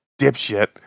dipshit